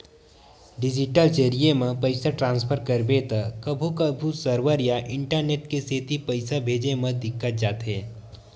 digital जरिए म पइसा ट्रांसफर करबे त कभू कभू सरवर या इंटरनेट के सेती पइसा भेजे म दिक्कत जाथे